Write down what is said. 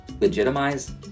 legitimize